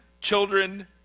children